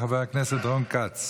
חבר הכנסת רון כץ,